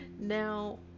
Now